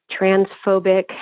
transphobic